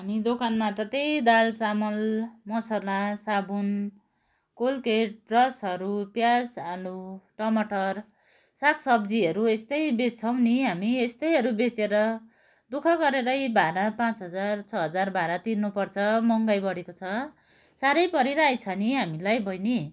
हामी दोकानमा त त्यही दाल चामल मसाला साबुन कोल्गेट ब्रसहरू प्याज आलु टमटर साग सब्जीहरू यस्तै बेच्छौँ नि हामी यस्तैहरू बेचेर दु ख गरेरै भारा पाँच हजार छ हजार भारा तिर्नु पर्छ महँगाई बढेको छ साह्रै परिरहेको छ नि हामीलाई बहिनी